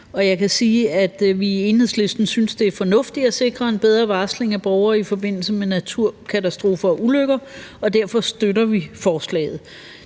synes, det er fornuftigt at sikre en bedre varsling af borgere i forbindelse med naturkatastrofer og ulykker, og derfor støtter vi forslaget.